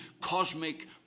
cosmic